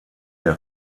der